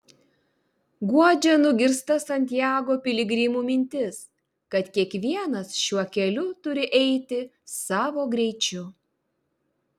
guodžia nugirsta santiago piligrimų mintis kad kiekvienas šiuo keliu turi eiti savo greičiu